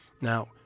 Now